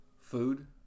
food